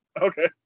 Okay